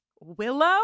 Willow